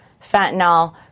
fentanyl